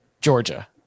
Georgia